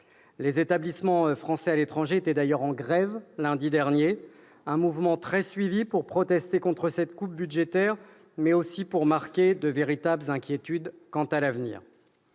Les établissements français à l'étranger étaient d'ailleurs en grève lundi dernier, un mouvement très suivi pour protester contre cette coupe budgétaire, mais aussi pour marquer de véritables inquiétudes quant à l'avenir.